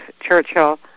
Churchill